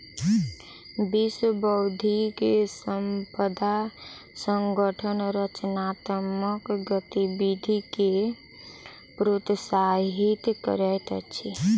विश्व बौद्धिक संपदा संगठन रचनात्मक गतिविधि के प्रोत्साहित करैत अछि